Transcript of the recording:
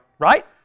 Right